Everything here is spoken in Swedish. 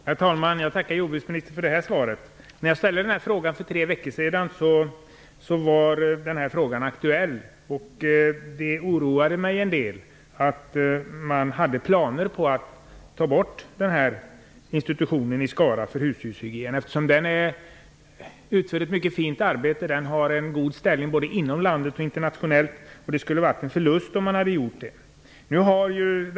Herr talman! Jag tackar jordbruksministern för svaret. När jag ställde frågan för tre veckor sedan var flytten aktuell. Det oroade mig en del att det fanns planer på att flytta institutionen för hus djurshygien från Skara. Institutionen utför ett mycket fint arbete. Den har en god ställning både inom landet och internationellt. Det hade varit en förlust för universitetet om institutionen hade flyttat.